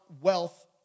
wealth